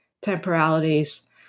temporalities